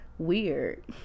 weird